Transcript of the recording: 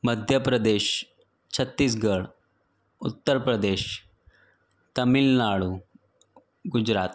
Madhya Pradesh Chhattisgarh Uttar Pradesh Tamil Nadu Gujarat